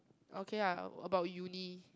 okay lah about Uni